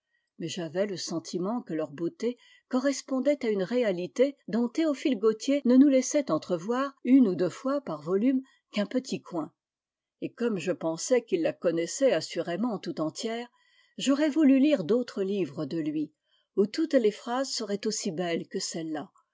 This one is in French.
mais j'avais le sentiment que leur beauté correspondait à une réalité dont théophile gautier ne nous laissait entrevoir une ou deux fois par volume qu'un petit coin et comme je pensais qu'il la con naissait assurément tout entière j'aurais voulu lire d'autres livres de lui où toutes les phrases seraient aussi belles que celles-là